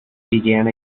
began